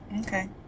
Okay